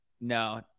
No